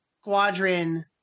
squadron